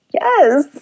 yes